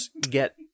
get